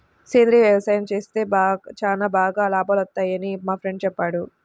సేంద్రియ యవసాయం చేత్తే చానా బాగా లాభాలొత్తన్నయ్యని మా ఫ్రెండు చెప్పాడు